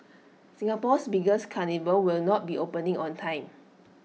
Singapore's biggest carnival will not be opening on time